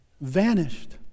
vanished